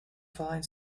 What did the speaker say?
falling